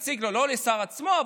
לא לשר עצמו,